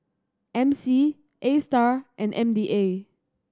MC Astar and M D A